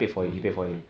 no he paid for it